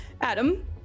Adam